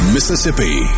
Mississippi